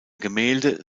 gemälde